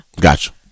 gotcha